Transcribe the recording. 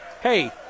hey